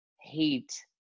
hate